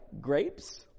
grapes